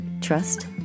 trust